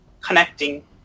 connecting